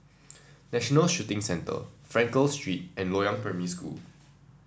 National Shooting Centre Frankel Street and Loyang Primary School